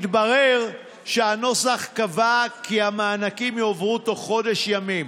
מתברר שהנוסח קבע כי המענקים יועברו בתוך חודש ימים